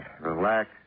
relax